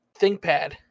ThinkPad